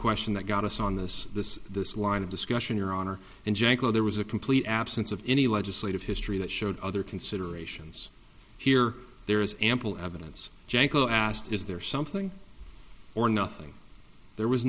question that got us on this this this line of discussion your honor and janklow there was a complete absence of any legislative history that showed other considerations here there is ample evidence janko asked is there something or nothing there was